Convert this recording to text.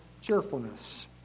cheerfulness